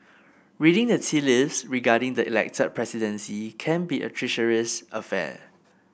reading the tea leaves regarding the elected presidency can be a treacherous affair